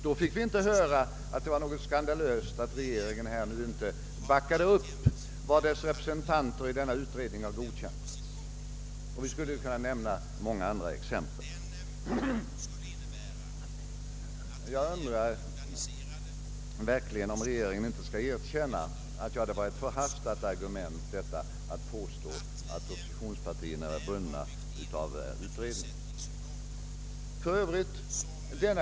Då fick vi inte höra att det var skandalöst att regeringen inte backade upp vad dess representanter i denna utredning godkänt. Jag skulle också kunna nämna många andra exempel. Jag undrar om regeringen verkligen inte skall erkänna att det är ett förhastat argument att oppositionspartierna skulle på varje punkt vara bundna av utredningen.